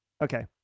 Okay